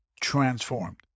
transformed